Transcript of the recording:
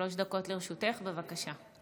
שלוש דקות לרשותך, בבקשה.